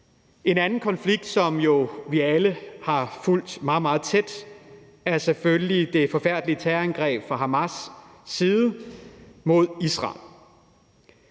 En anden konflikt, som vi jo alle har fulgt meget, meget tæt, er selvfølgelig det forfærdelige terrorangreb fra Hamas' side mod Israel.